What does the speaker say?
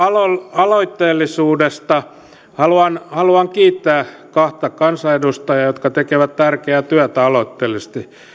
aloitteellisuudesta haluan haluan kiittää kahta kansanedustajaa jotka tekevät tärkeää työtä aloitteellisesti